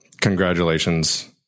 congratulations